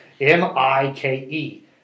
M-I-K-E